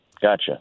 Gotcha